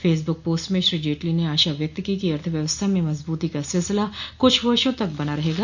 Facebook post में श्री जेटली ने आशा व्यक्त की कि अर्थव्यवस्था में मजबूती का सिलसिला कुछ वर्षों तक बना रहेगा